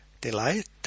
delight